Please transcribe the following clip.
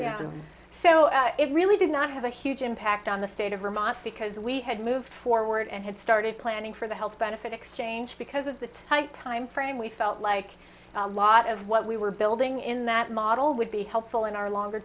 so it really did not have a huge impact on the state of vermont because we had moved forward and had started planning for the health benefit exchange because of the tight time frame we felt like a lot of what we were building in that model would be helpful in our longer